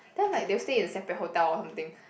then I'm like they'll stay in a separate hotel or something